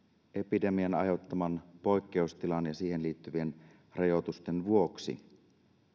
epidemian aiheuttaman poikkeustilan ja siihen liittyvien rajoitusten vuoksi